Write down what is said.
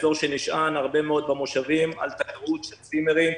נשען הרבה מאוד במושבים על תיירות של צימרים,